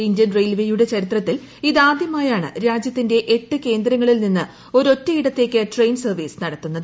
Indian റെയിൽവേയുടെ ചരിത്രത്തിൽ ഇതാദ്യമായാണ് രാജ്യത്തിന്റെ എട്ട് കേന്ദ്രങ്ങളിൽ നിന്ന് ഒരൊറ്റ ഇടത്തേക്ക് ട്രെയിൻ സർവ്വീസ് നടത്തുന്നത്